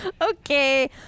okay